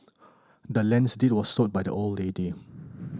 the land's deed was sold by the old lady